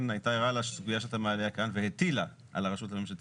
הייתה ערה לסוגיה שאתה מעלה כאן והטילה על הרשות הממשלתית